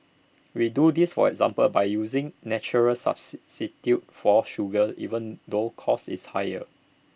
we do this for example by using natural substitute for sugar even though cost is higher